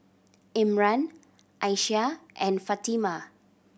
Imran Aisyah and Fatimah